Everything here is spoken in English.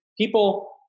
people